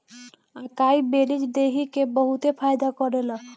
अकाई berries देहि के बहुते फायदा करेला